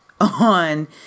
on